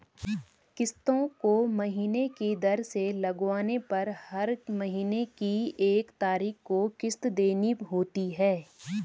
किस्तों को महीने की दर से लगवाने पर हर महीने की एक तारीख को किस्त देनी होती है